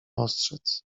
ostrzec